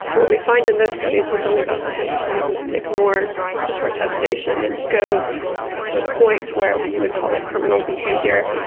what we find in those studies is only about ten percent of men ignore the protestation and go to a point where where you would call it criminal behaviour.